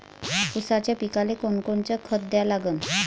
ऊसाच्या पिकाले कोनकोनचं खत द्या लागन?